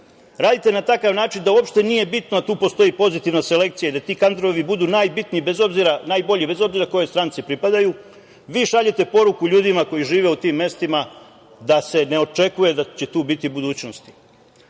radite na takav način da uopšte nije bitno da tu postoji pozitivna selekcija i da ti kadrovi budu najbolji, bez obzira kojoj stranci pripadaju, vi šaljete poruku ljudima koji žive u tim mestima da se ne očekuje da će tu biti budućnosti. Naša